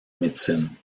médecine